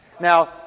Now